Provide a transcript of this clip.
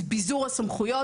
ביזור הסמכויות,